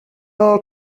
all